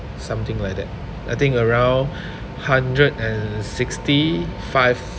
something like that I think around hundred and sixty five